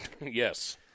Yes